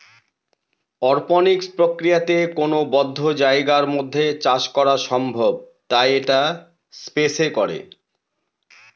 অরপনিক্স প্রক্রিয়াতে কোনো বদ্ধ জায়গার মধ্যে চাষ করা সম্ভব তাই এটা স্পেস এ করে